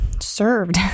served